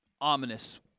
ominous